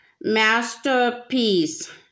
Masterpiece